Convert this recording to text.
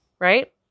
right